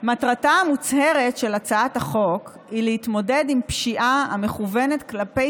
מטרתה המוצהרת של הצעת החוק היא להתמודד עם פשיעה המכוונת כלפי